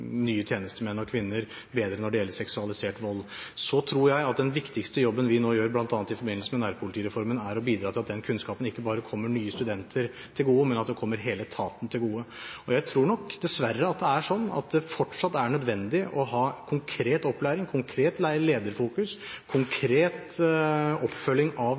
nye tjenestemenn og -kvinner bedre når det gjelder seksualisert vold. Jeg tror den viktigste jobben vi nå gjør, bl.a. i forbindelse med nærpolitireformen, er å bidra til at den kunnskapen ikke bare kommer nye studenter til gode, men at den kommer hele etaten til gode. Jeg tror nok dessverre at det fortsatt er nødvendig å ha konkret opplæring, konkret lederfokus og konkret oppfølging av